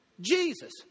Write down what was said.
Jesus